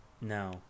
No